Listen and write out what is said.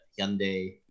Hyundai